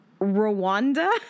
Rwanda